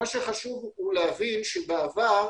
חשוב להבין שבעבר,